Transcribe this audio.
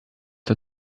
der